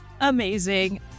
Amazing